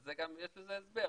ויש לזה הסבר.